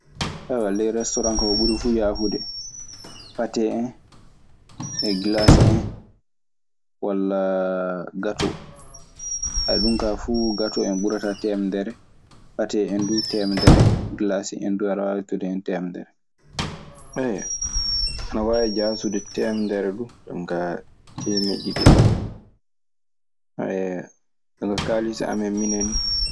ley restoran ka ko buri fu yafude, patte hen, e galasi hen wala gatto. dum ka fu hen gatto burata temedere. Patte hen dum temedere, galasi hen dum ada wawi wattude hen temedere. Eywa aɗa waawi jaasudu teemedere du, jooni ka teemeɗɗe ɗiɗi en. Kaalis amin minen ni.